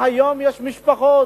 והיום יש משפחות